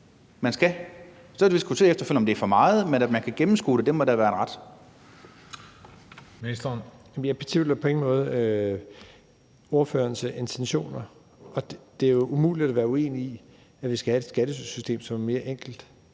man skal? Så kan vi efterfølgende diskutere, om det er for meget, men at man kan gennemskue det, må da være en ret.